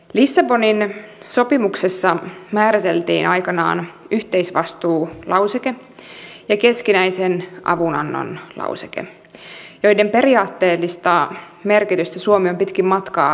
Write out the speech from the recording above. lissabonin sopimuksessa määriteltiin aikanaan yhteisvastuulauseke ja keskinäisen avunannon lauseke joiden periaatteellista merkitystä suomi on pitkin matkaa korostanut